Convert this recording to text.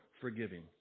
forgiving